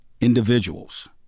individuals